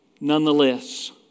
nonetheless